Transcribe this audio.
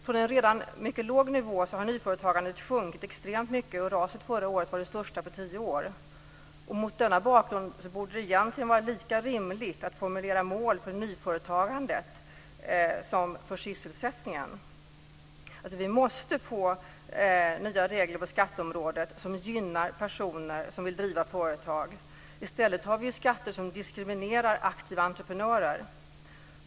Från en redan mycket låg nivå har nyföretagandet sjunkit extremt mycket, och raset förra året var det största på tio år. Mot denna bakgrund borde det egentligen vara lika rimligt att formulera mål för nyföretagandet som för sysselsättningen. Vi måste få nya regler på skatteområdet som gynnar personer som vill driva företag. I stället har vi skatter som diskriminerar aktiva entreprenörer.